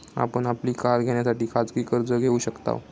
आपण आपली कार घेण्यासाठी खाजगी कर्ज घेऊ शकताव